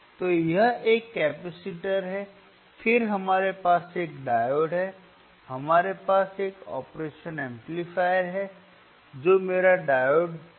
तो यह एक कैपेसिटर है फिर हमारे पास एक डायोड है हमारे पास एक ऑपरेशनल एम्पलीफायर है और मेरा डायोड जुड़ा हुआ है